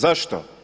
Zašto?